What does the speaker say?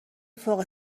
فوق